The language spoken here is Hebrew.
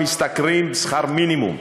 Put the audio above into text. משתכרים שכר מינימום.